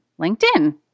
LinkedIn